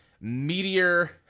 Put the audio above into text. meteor